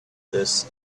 this